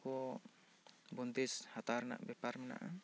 ᱠᱚ ᱵᱚᱱᱫᱮᱡᱽ ᱦᱟᱛᱟᱣ ᱨᱮᱱᱟᱜ ᱵᱮᱯᱟᱨ ᱢᱮᱱᱟᱜᱼᱟ